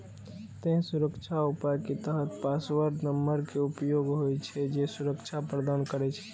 तें सुरक्षा उपाय के तहत पासवर्ड नंबर के उपयोग होइ छै, जे सुरक्षा प्रदान करै छै